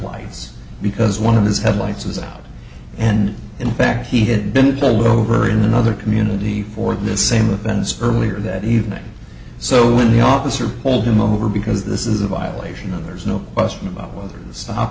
lights because one of his headlights was out and in fact he had been pulled over in another community for the same offense earlier that evening so when the officer pulled him over because this is a violation of there's no question about whether the stop